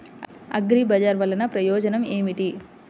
అగ్రిబజార్ వల్లన ప్రయోజనం ఏమిటీ?